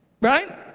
right